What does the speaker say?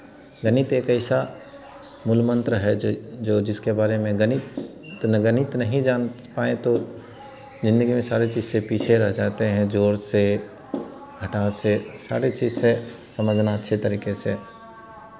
गणित एक ऐसा मूलमंत्र है जो जो जिसके बारे में गणित गणित नहीं जान पाए तो ज़िंदगी में सारे चीज़ से पीछे रह जाते हैं जोड़ से घटाव से सारे चीज़ से समझना अच्छे तरीके से